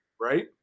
Right